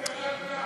מה מסתתר מאחורי,